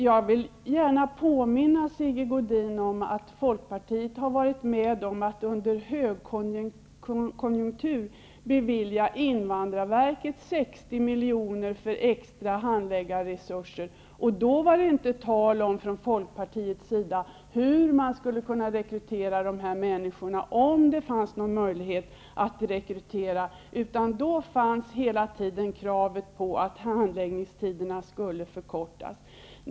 Jag vill gärna påminna Sigge Godin om att Folkpartiet har varit med om att under en högkonjunktur bevilja invandrarverket 60 miljoner för extra handläggarresurser, och då var det inte tal om hur man skulle kunna rekrytera dessa människor, om det fanns någon möjlighet att göra det, utan då ställdes hela tiden kravet att handläggningstiderna skulle förkortas.